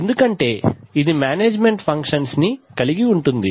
ఎందుకంటే ఇది management functions ని కలిగి ఉంటుంది